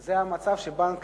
זה המצב שבנק